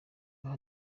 aha